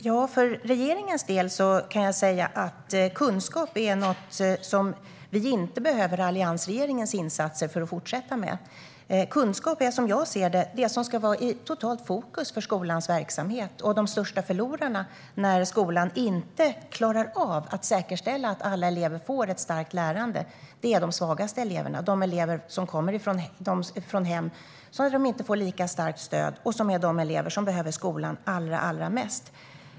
Fru talman! Regeringen behöver inte alliansregeringens insatser för att fortsätta med kunskap. Kunskap ska vara i totalt fokus för skolans verksamhet. De största förlorarna när skolan inte klarar av att säkerställa att alla elever får ett starkt lärande är de svagaste eleverna, de elever som kommer från hem där de inte får så starkt stöd. Dessa elever behöver skolan allra mest.